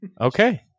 Okay